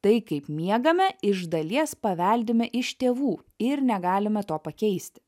tai kaip miegame iš dalies paveldime iš tėvų ir negalime to pakeisti